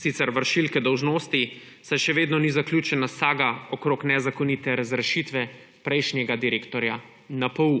sicer vršilke dolžnosti, saj še vedno ni zaključena saga glede nezakonite razrešitve prejšnjega direktorja NPU.